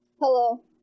Hello